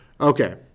Okay